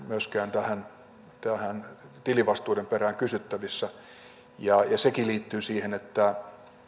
myöskään näiden tilivastuiden perään kysyttävissä sekin liittyy siihen että